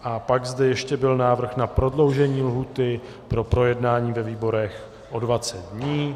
A pak zde ještě byl návrh na prodloužení lhůty pro projednání ve výborech o 20 dní.